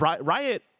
riot